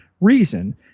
reason